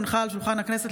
הונחה על שולחן הכנסת,